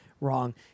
wrong